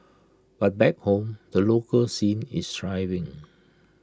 but back home the local scene is thriving